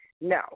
No